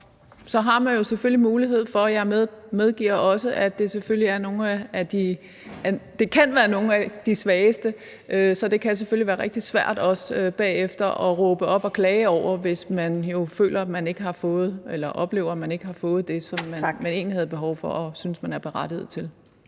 de her 6 måneder før det 18. år. Jeg medgiver også, at det kan dreje sig om nogle af de svageste, så det selvfølgelig kan være rigtig svært også bagefter at råbe op og klage over det, hvis man oplever, at man ikke har fået det, man egentlig havde behov for og synes man er berettiget til.